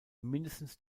mindestens